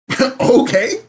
Okay